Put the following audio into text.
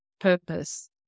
purpose